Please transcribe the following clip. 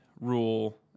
rule